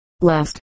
Last